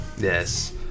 Yes